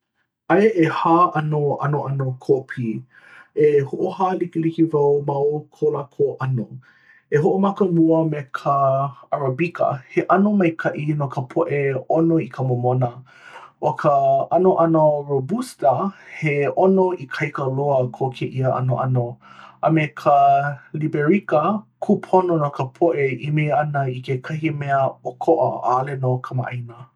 Aia ʻehā ʻano ʻanoʻano kōpī. E hoʻohālikelike wau ma o ko lākou ʻono. Hoʻomaka mua me ka arabika, he ʻono maikaʻi no ka poʻe ʻono i ka momona. ʻO ka ʻanoʻano robusta, he ʻono ikaika loa ko kēia ʻanoʻano. A me ka liberika, kūpono no ka poʻe e ʻimi ana i kekahi mea ʻokoʻa ʻaʻole nō kamaʻāina.